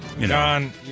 John